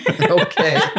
Okay